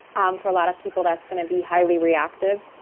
um for a lot of people, that's going to be highly reactive.